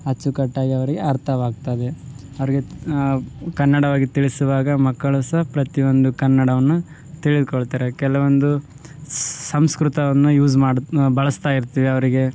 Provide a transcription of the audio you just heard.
ಅಚ್ಚುಕಟ್ಟಾಗಿ ಅವರಿಗೆ ಅರ್ಥವಾಗ್ತದೆ ಅವರಿಗೆ ಆ ಕನ್ನಡವಾಗಿ ತಿಳಿಸುವಾಗ ಮಕ್ಕಳು ಸಹ ಪ್ರತಿಯೊಂದು ಕನ್ನಡವನ್ನು ತಿಳಿದ್ಕೊಳ್ತಾರೆ ಕೆಲವೊಂದು ಸಂಸ್ಕೃತವನ್ನು ಯೂಸ್ ಮಾಡಿ ಬಳಸ್ತಾಯಿರ್ತಿವಿ ಅವರಿಗೆ